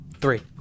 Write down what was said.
Three